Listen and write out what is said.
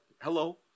hello